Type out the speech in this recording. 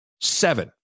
Seven